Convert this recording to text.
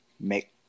Make